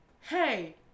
hey